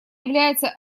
является